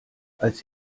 als